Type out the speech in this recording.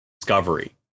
discovery